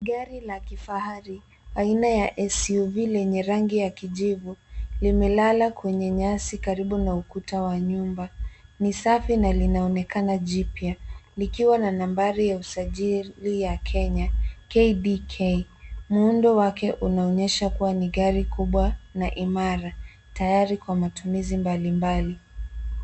Gari la kifahari, aina ya SUV lenye rangi ya kijivu limelala kwenye nyasi karibu na ukuta wa nyumba. Ni safi na linaonekana jipya likiwa na nambari ya usajili ya Kenya, KDK. Muundo wake unaonyesha kuwa ni gari kubwa na imara, tayari kwa matumizi mbalimbali.